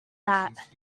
that